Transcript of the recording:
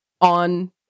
on